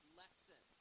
lesson